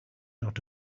not